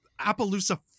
Appaloosa